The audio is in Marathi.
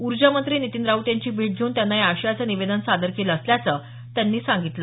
ऊर्जा मंत्री नितीन राऊत यांची भेट घेऊन त्यांना या आशयाचं निवेदन सादर केलं असल्याचंही त्यांनी सांगितलं